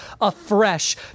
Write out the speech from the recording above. afresh